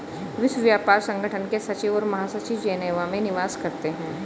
विश्व व्यापार संगठन के सचिव और महानिदेशक जेनेवा में निवास करते हैं